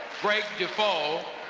greg defoe,